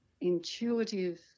intuitive